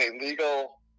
illegal